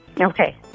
Okay